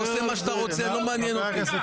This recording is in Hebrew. לא מעניין אותי.